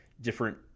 different